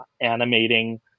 animating